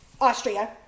Austria